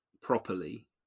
properly